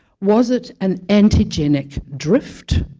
was it an antigenic drift,